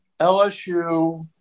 LSU